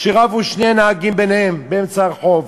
ששני נהגים רבו באמצע הרחוב,